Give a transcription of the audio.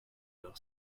leur